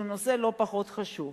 שהוא נושא לא פחות חשוב,